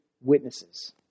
witnesses